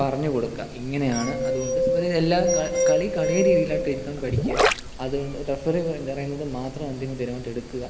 പറഞ്ഞ് കൊടുക്കുക ഇങ്ങനെയാണ് അതുകൊണ്ട് സോ ഇതെല്ലാം ക കളി കളിയുടെ രീതിയിലായിട്ട് എടുക്കാൻ പഠിക്കുക അതുകൊണ്ട് റെഫറി പറയുന്നത് മാത്രം അന്തിമ തീരുമാനമായിട്ടെടുക്കുക